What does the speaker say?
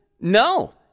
No